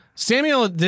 Samuel